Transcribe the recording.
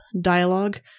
dialogue